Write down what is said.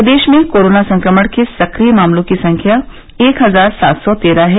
प्रदेश में कोरोना संक्रमण के सक्रिय मामलों की संख्या एक हजार सात सौ तेरह है